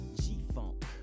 G-Funk